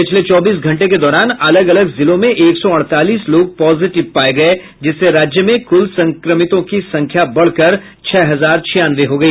पिछले चौबीस घंटे के दौरान अलग अलग जिलों में एक सौ अड़तालीस लोग पॉजिटिव पाए गए जिससे राज्य में कुल संक्रमितों की संख्या बढ़कर छह हजार छियानवे हो गई